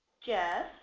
Jeff